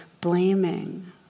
blaming